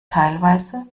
teilweise